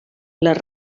les